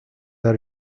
are